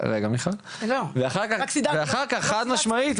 חד משמעית,